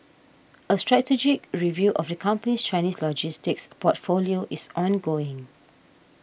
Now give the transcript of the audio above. a strategic review of the company's Chinese logistics portfolio is ongoing